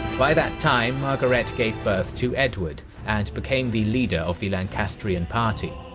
by that time margaret gave birth to edward and became the leader of the lancastrian party.